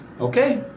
Okay